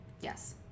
Yes